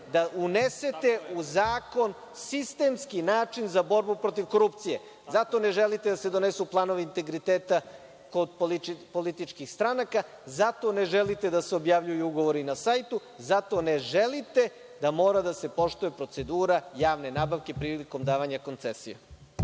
da unesete u zakon sistemski način za borbu protiv korupcije. Zato ne želite da se donesu planovi integriteta kod političkih stranaka, zato ne želite da se objavljuju ugovori na sajtu, zato ne želite da mora da se poštuje procedura javne nabavke prilikom davanja koncesije.